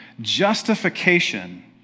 Justification